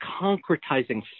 concretizing